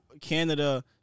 Canada